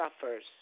suffers